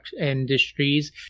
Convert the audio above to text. industries